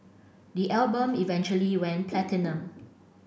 the album eventually went platinum